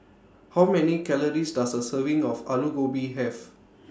How Many Calories Does A Serving of Alu Gobi Have